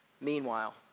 meanwhile